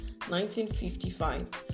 1955